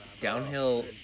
downhill